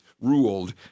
ruled